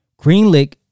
Greenlick